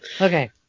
okay